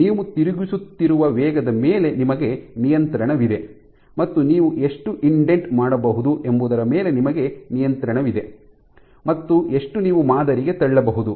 ನೀವು ತಿರುಗಿಸುತ್ತಿರುವ ವೇಗದ ಮೇಲೆ ನಿಮಗೆ ನಿಯಂತ್ರಣವಿದೆ ಮತ್ತು ನೀವು ಎಷ್ಟು ಇಂಡೆಂಟ್ ಮಾಡಬಹುದು ಎಂಬುದರ ಮೇಲೆ ನಿಮಗೆ ನಿಯಂತ್ರಣವಿದೆ ಮತ್ತು ಎಷ್ಟು ನೀವು ಮಾದರಿಗೆ ತಳ್ಳಬಹುದು